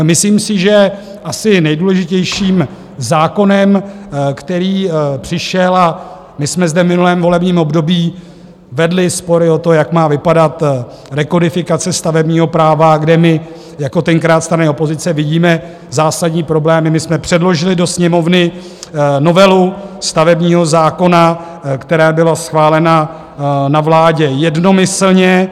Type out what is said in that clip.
Myslím si, že asi nejdůležitějším zákonem, který přišel, a my jsme zde v minulém volebním období vedli spory o to, jak má vypadat rekodifikace stavebního práva, kde my jako tenkrát strany opozice vidíme zásadní problémy, my jsme předložili do Sněmovny novelu stavebního zákona, která byla schválena na vládě jednomyslně.